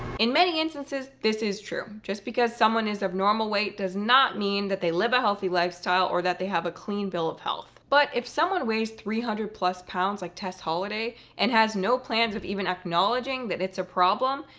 in many instances this is true. just because someone is of normal weight does not mean that they live a healthy lifestyle or that they have a clean bill of health. but if someone weighs three hundred plus pounds like tess holliday and has no plans of even acknowledging that it's a problem,